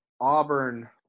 Auburn